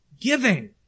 giving